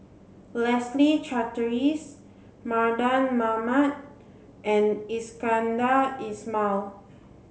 Leslie Charteris Mardan Mamat and Iskandar Ismail